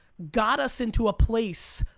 got us into a place,